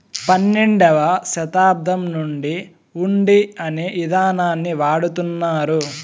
పన్నెండవ శతాబ్దం నుండి హుండీ అనే ఇదానాన్ని వాడుతున్నారు